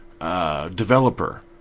Developer